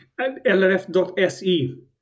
LRF.se